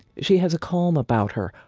she has a calm about her,